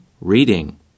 reading